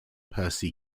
percy